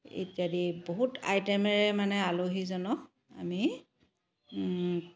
ইত্যাদি বহুত আইটেমেৰে মানে আলহীজনক আমি